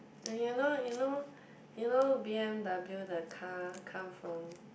and you know you know you know B_M_W the car come from